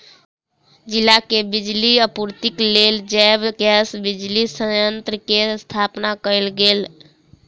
जिला के बिजली आपूर्तिक लेल जैव गैस बिजली संयंत्र के स्थापना कयल गेल